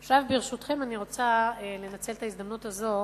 עכשיו, ברשותכם, אני רוצה לנצל את ההזדמנות הזאת